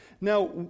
Now